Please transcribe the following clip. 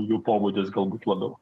jų pobūdis galbūt labiau